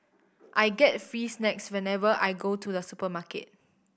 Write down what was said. I get free snacks whenever I go to the supermarket